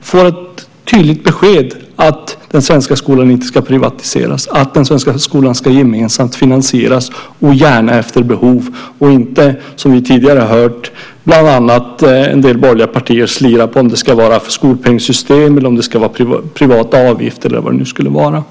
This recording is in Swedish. får ett tydligt besked att den svenska skolan inte ska privatiseras, att den svenska skolan ska finansieras gemensamt och gärna efter behov och inte, som vi tidigare har hört bland annat en del borgerliga partier göra, slira på om det ska vara ett skolpengsystem, privata avgifter eller vad det nu ska vara.